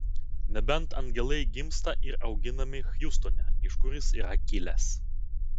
nebent angelai gimsta ir auginami hjustone iš kur jis yra kilęs